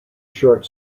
short